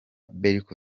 berco